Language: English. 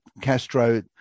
Castro